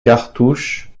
cartouches